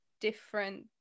different